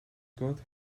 growth